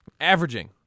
averaging